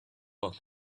book